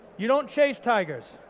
you don't chase tigers.